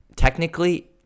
Technically